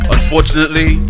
Unfortunately